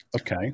Okay